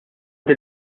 din